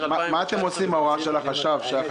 2019. מה אתם עושים עם ההוראה של החשב הכללי,